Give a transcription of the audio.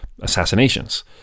assassinations